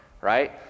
right